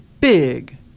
big